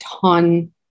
ton